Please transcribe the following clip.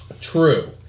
True